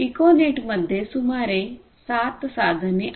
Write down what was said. पिकोनेटमध्ये सुमारे 7 साधने आहेत